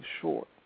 short